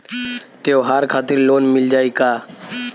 त्योहार खातिर लोन मिल जाई का?